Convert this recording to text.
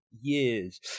years